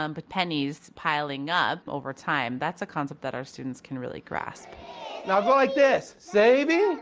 um but pennies piling up over time, that's a concept that our students can really grasp now go like this saving